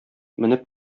менеп